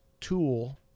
tool